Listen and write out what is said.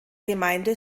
gemeinde